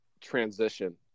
transition